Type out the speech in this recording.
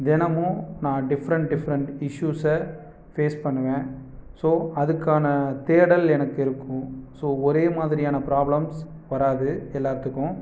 தினமும் நான் different different இஷ்யூஸை ஃபேஸ் பண்ணுவேன் ஸோ அதுக்கான தேடல் எனக்கு இருக்கும் ஸோ ஒரே மாதிரியான பிராப்ளம்ஸ் வராது எல்லாத்துக்கும்